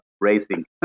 racing